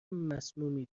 مسمومی